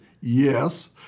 yes